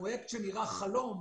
פרויקט שנראה חלום,